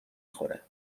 خوره